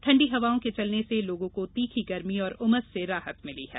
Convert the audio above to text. ठंडी हवाओं के चलने से लोगों को तीखी गर्मी और उमस से राहत मिली है